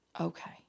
Okay